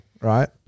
right